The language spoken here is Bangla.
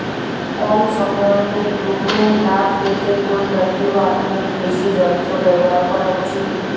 কম সময়ে দুগুন লাভ পেতে কোন জাতীয় আধুনিক কৃষি যন্ত্র ব্যবহার করা উচিৎ?